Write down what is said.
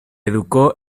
educó